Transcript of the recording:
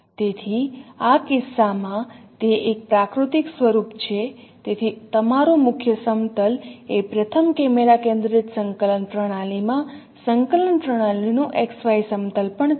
તેથી આ કિસ્સામાં તે એક પ્રાકૃતિક સ્વરૂપ છે તેથી તમારું મુખ્ય સમતલએ પ્રથમ કેમેરા કેન્દ્રિત સંકલન પ્રણાલી માં સંકલન પ્રણાલીનું XY સમતલ પણ છે